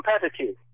competitive